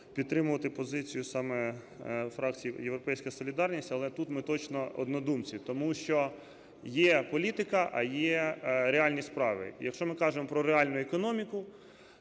підтримувати позицію саме фракції "Європейська солідарність". Але тут ми точно однодумці, тому що є політика, а є реальні справи. І якщо ми кажемо про реальну економіку,